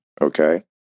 Okay